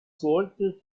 sorgte